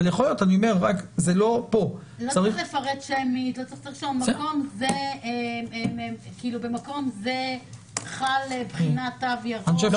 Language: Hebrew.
לא צריך לפרט שמית אלא לרשום שבמקום זה חל התו הירוק.